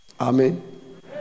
Amen